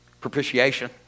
Propitiation